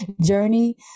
journey